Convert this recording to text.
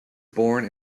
born